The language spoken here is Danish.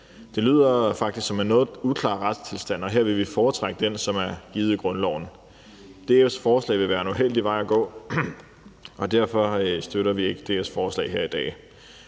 Det lyder faktisk som en noget uklar retstilstand, og her vil vi foretrække den, som er givet i grundloven. DF's forslag vil være en uheldig vej at gå, og derfor støtter vi ikke DF's forslag her i dag.